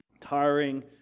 Tiring